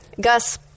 Gus